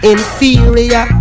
Inferior